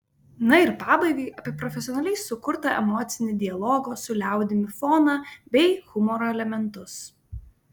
na ir pabaigai apie profesionaliai sukurtą emocinį dialogo su liaudimi foną bei humoro elementus